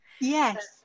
Yes